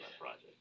project